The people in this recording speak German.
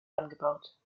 angebaut